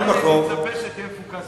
עדיין אני מצפה שתהיה מפוקס.